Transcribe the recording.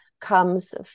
comes